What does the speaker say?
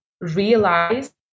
realize